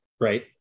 Right